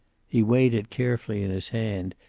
he weighed it carefully in his hand,